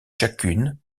chacune